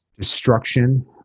destruction